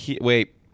wait